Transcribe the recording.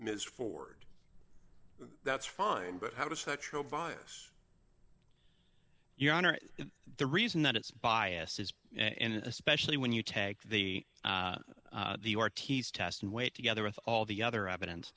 ms ford that's fine but how does that show bias your honor the reason that it's biases and especially when you tag the tease test and wait together with all the other evidence